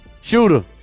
Shooter